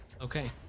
Okay